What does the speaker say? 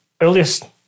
earliest